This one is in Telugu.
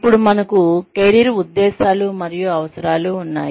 ఇప్పుడు మనకు కెరీర్ ఉద్దేశ్యాలు మరియు అవసరాలు ఉన్నాయి